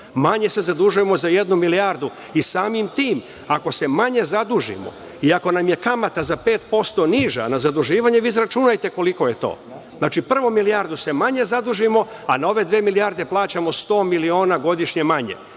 Manje se zadužujemo za jednu milijardu i samim tim ako se manje zadužimo i ako nam je kamata za 5% niža na zaduživanje, vi izračunajte koliko je to. Znači, prvo milijardu manje se zadužimo, pa ove dve milijarde plaćamo sto miliona godišnje manje. Molim